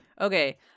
Okay